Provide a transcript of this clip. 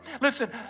Listen